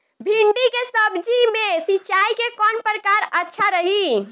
भिंडी के सब्जी मे सिचाई के कौन प्रकार अच्छा रही?